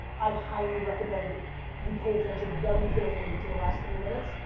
i highly recommend you pay attention very carefully to the last three minutes,